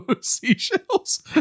seashells